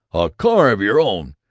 a car of your own!